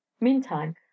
Meantime